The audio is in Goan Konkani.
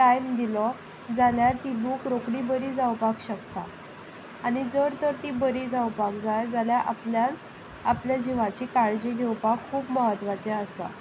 टायम दिलो जाल्यार ती दूख रोखडी बरी जावपाक शकता आनी जर तर ती बरी जावपाक जाय जाल्यार आपल्याक आपल्या जिवाची काळजी घेवपाक खूब म्हत्वाचीें आसा